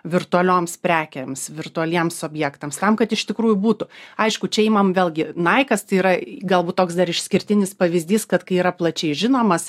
virtualioms prekėms virtualiems objektams tam kad iš tikrųjų būtų aišku čia imam vėlgi naikas tai yra galbūt toks dar išskirtinis pavyzdys kad kai yra plačiai žinomas